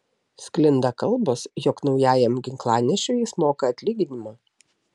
sklinda kalbos jog naujajam ginklanešiui jis moka atlyginimą